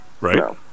right